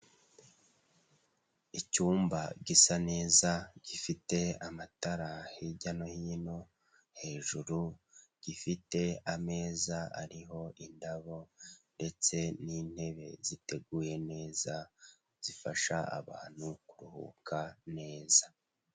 Icyumba gisa neza gifite amatara hirya no hino, hejuru, gifite ameza ariho indabo ndetse n'intebe ziteguye neza zifasha abantu kuruhuka neza.